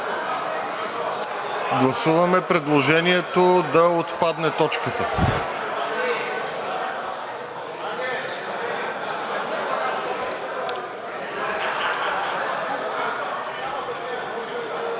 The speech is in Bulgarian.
Гласуваме предложението да отпадне точката.